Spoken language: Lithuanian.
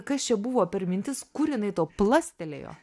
kas čia buvo per mintis kur jinai plastelėjo